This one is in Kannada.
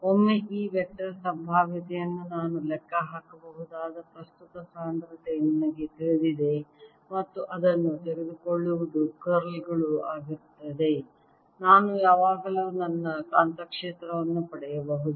ಒಮ್ಮೆ ಈ ವೆಕ್ಟರ್ ಸಂಭಾವ್ಯತೆಯಿಂದ ನಾನು ಲೆಕ್ಕಹಾಕಬಹುದಾದ ಪ್ರಸ್ತುತ ಸಾಂದ್ರತೆ ನನಗೆ ತಿಳಿದಿದೆ ಮತ್ತು ಅದನ್ನು ತೆಗೆದುಕೊಳ್ಳುವುದು ಕರ್ಲ್ ಗಳು ಆಗಿರುತ್ತದೆ ನಾನು ಯಾವಾಗಲೂ ನನ್ನ ಕಾಂತಕ್ಷೇತ್ರವನ್ನು ಪಡೆಯಬಹುದು